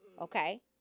Okay